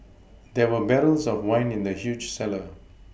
there were barrels of wine in the huge cellar